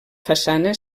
façana